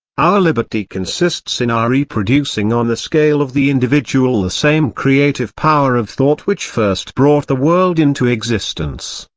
our liberty consists in our reproducing on the scale of the individual the same creative power of thought which first brought the world into existence,